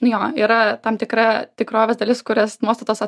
nu jo yra tam tikra tikrovės dalis kurias nuostatos